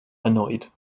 annoyed